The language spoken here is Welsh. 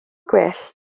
gwell